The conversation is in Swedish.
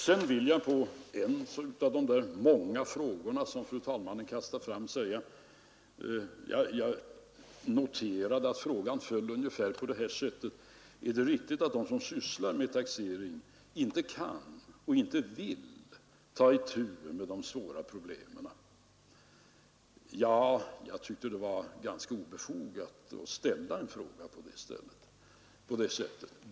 Jag noterade att en av de många frågor som fru talmannen kastade fram föll ungefär så här: Är det riktigt att de som sysslar med taxering inte kan och inte vill ta itu med de svåra problemen? Jag tycker att det är ganska obefogat att ställa en fråga på det sättet.